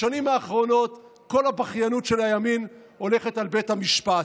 בשנים האחרונות כל הבכיינות של הימין הולכת על בית המשפט.